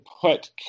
put